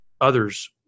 others